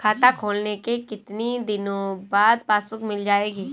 खाता खोलने के कितनी दिनो बाद पासबुक मिल जाएगी?